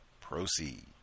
proceed